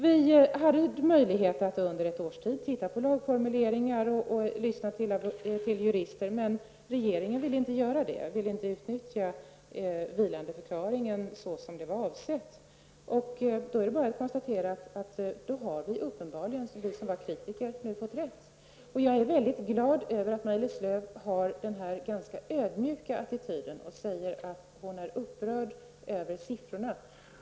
Vi hade möjlighet att under ett års tid gå igenom lagformuleringar och att lyssna på jurister, men regeringen ville inte utnyttja vilandeförklaringen på det sätt som den var avsedd. Då är det bara att konstatera att vi som var kritiker uppenbarligen har fått rätt. Jag är glad över att Maj-Lis Lööw har denna ganska ödmjuka attityd och säger att hon är upprörd över siffrorna.